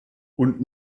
und